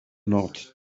not